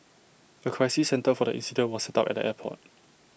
A crisis centre for the incident was set up at the airport